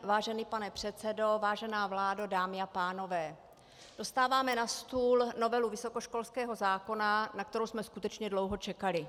Vážený pane předsedo, vážená vládo, dámy a pánové, dostáváme na stůl novelu vysokoškolského zákona, na kterou jsme skutečně dlouho čekali.